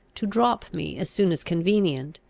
to drop me as soon as convenient,